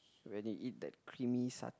rarely eat that creamy sat~